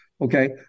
Okay